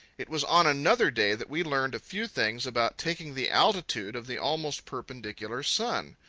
it was on another day that we learned a few things about taking the altitude of the almost perpendicular sun.